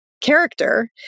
character